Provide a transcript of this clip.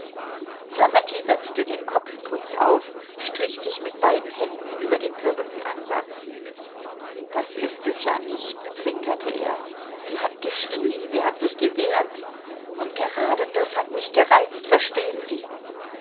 flametti setzte den kopfputz auf strich sich mit beiden händen über den perückenansatz das ist es ja nicht zwinkerte er sie hat geschrien sie hat sich gewehrt und gerade das hat mich gereizt verstehen sie